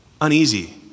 uneasy